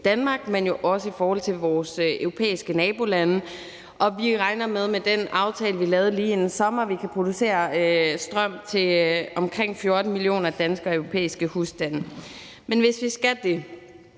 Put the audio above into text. Danmark, men også i forhold til vores europæiske nabolande, og vi regner med med den aftale, vi lavede lige inden sommer, at vi kan producere strøm til omkring 14 millioner danske og europæiske husstande. Men hvis vi skal det